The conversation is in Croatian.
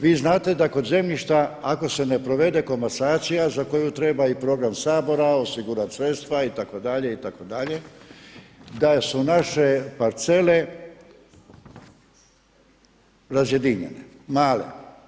Vi znate da kod zemljišta ako se ne provede komasacija za koju treba i program Sabora osigurati sredstva itd., itd., da su naše parcele razjedinjene, male.